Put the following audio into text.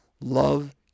love